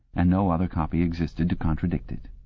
and no other copy existed to contradict it.